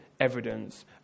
evidence